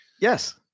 Yes